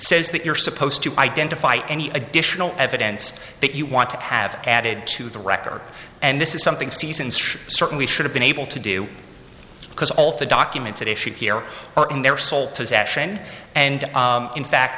says that you're supposed to identify any additional evidence that you want to have added to the record and this is something season's should certainly should have been able to do because all the documents at issue here are in their sole possession and in fact